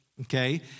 okay